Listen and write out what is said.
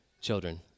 children